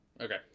Okay